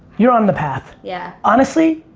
you're on the path. yeah. honestly,